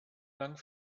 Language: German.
lang